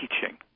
teaching